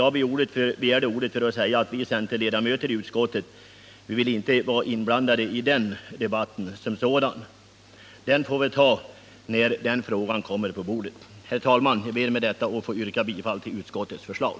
Jag begärde ordet för att säga att centerledamöterna i utskottet inte vill bli inblandade i den debatten, ty denna får vi ta när förslaget kommer på bordet. Herr talman! Jag ber att med det sagda få yrka bifall till utskottets förslag.